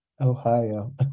Ohio